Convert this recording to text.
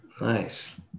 Nice